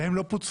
והם לא פוצו,